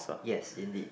yes indeed